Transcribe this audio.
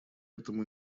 этому